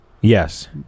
Yes